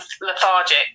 lethargic